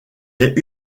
est